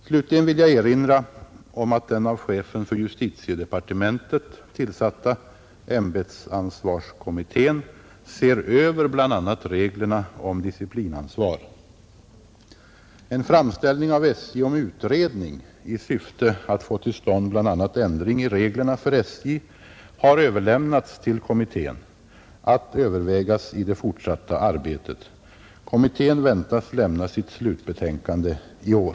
Slutligen vill jag erinra om att den av chefen för justitiedepartementet tillsatta ämbetsansvarskommittén ser över bl.a. reglerna om disciplinansvar. En framställning av SJ om utredning i syfte att få till stånd bl.a. ändring i reglerna för SJ har överlämnats till kommittén att övervägas i det fortsatta arbetet. Kommittén väntas lämna sitt slutbetänkande i år.